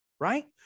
right